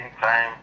time